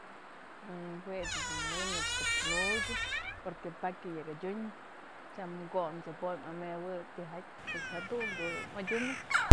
jue ëch dun nënën neyb ko'o plukyën porque pakya yak adyun tyam ko'on, cebolla amewëp tijatyë pues jadun dun adyunëp.